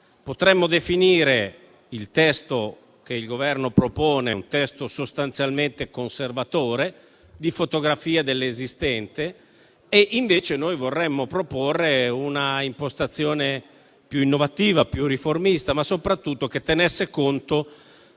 Potremmo definire il testo che il Governo propone un testo sostanzialmente conservatore, di fotografia dell'esistente; invece noi vorremmo proporre un'impostazione più innovativa e riformista, capace soprattutto di tener conto